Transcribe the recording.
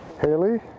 Haley